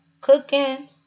cooking